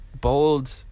bold